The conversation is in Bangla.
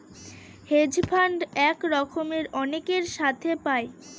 হেজ ফান্ড এক রকমের অনেকের সাথে পায়